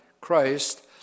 Christ